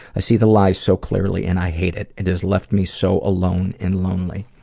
i see the lies so clearly and i hate it. it has left me so alone and lonely.